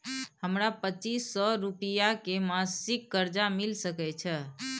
हमरा पच्चीस सौ रुपिया के मासिक कर्जा मिल सकै छै?